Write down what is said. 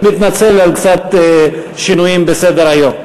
מתנצל על קצת שינויים בסדר-היום.